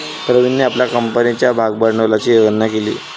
प्रवीणने आपल्या कंपनीच्या भागभांडवलाची गणना केली